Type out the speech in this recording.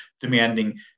demanding